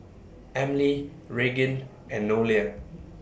Emely Regan and Nolia